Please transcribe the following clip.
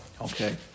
Okay